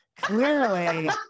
Clearly